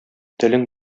телең